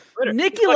Nikki